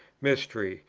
mystery,